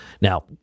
Now